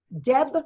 deb